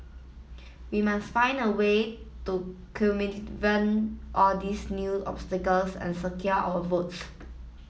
we must find a way to all these new obstacles and secure our votes